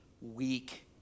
weak